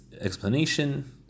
explanation